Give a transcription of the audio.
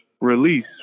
release